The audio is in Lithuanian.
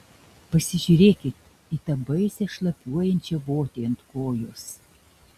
pasižiūrėkit į tą baisią šlapiuojančią votį ant kojos